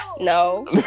No